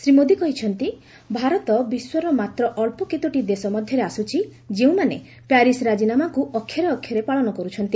ଶ୍ରୀ ମୋଦି କହିଛନ୍ତି ଭାରତ ବିଶ୍ୱର ମାତ୍ର ଅଳ୍ପ କେତୋଟି ଦେଶ ମଧ୍ୟରେ ଆସୁଛି ଯେଉଁମାନେ ପ୍ୟାରିସ୍ ରାଜିନାମାକୁ ଅକ୍ଷରେ ଅକ୍ଷରେ ପାଳନ କରୁଛନ୍ତି